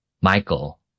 Michael